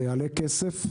זה יעלה כסף.